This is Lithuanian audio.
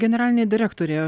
generalinė direktorė